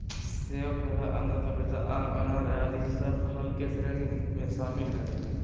सेब, केला, अमरूद, पपीता, आम, अनार आदि सब फल के श्रेणी में शामिल हय